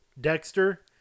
Dexter